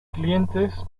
clientes